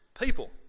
people